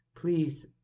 Please